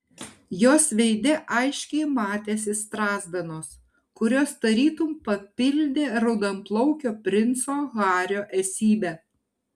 jos veide aiškiai matėsi strazdanos kurios tarytum papildė raudonplaukio princo hario esybę